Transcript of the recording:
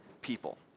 people